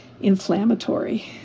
inflammatory